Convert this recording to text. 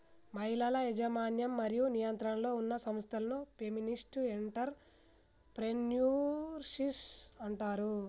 మహిళల యాజమాన్యం మరియు నియంత్రణలో ఉన్న సంస్థలను ఫెమినిస్ట్ ఎంటర్ ప్రెన్యూర్షిప్ అంటారు